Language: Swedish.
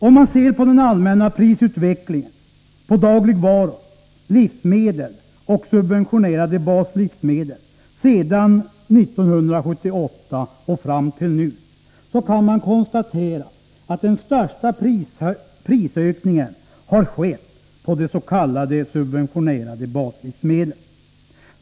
Om man ser på den allmänna prisutvecklingen på dagligvaror sedan 1978 fram till nu, kan man konstatera att den största prisökningen har skett på de s.k. subventioncrade baslivsmedlen.